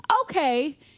okay